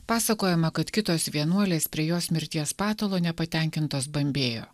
pasakojama kad kitos vienuolės prie jos mirties patalo nepatenkintos bambėjo